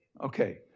Okay